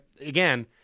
again